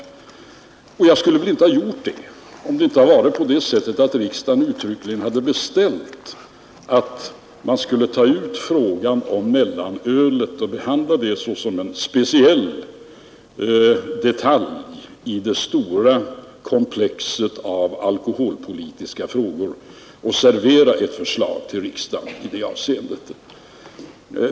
Och jag skulle väl inte ha gjort det om inte riksdagen uttalat ett uttryckligt önskemål att jag skulle bryta ut frågan om mellanölet och behandla den som en speciell detalj i det stora komplexet av alkoholpolitiska frågor och servera riksdagen ett förslag i det avseendet.